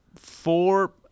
Four